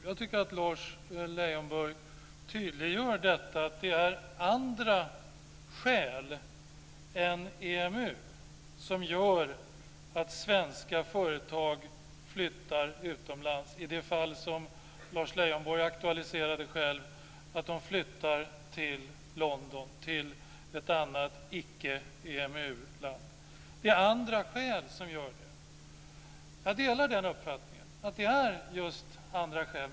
Jag tycker att Lars Leijonborg tydliggör att det är andra skäl än EMU som gör att svenska företag flyttar utomlands. I det fall som Lars Leijonborg själv aktualiserade flyttade de till London, till ett annat land som inte är med i EMU. Det är andra skäl som gör det. Jag delar den uppfattningen att det är just andra skäl.